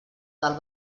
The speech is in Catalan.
del